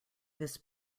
this